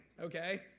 Okay